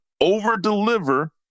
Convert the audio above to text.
over-deliver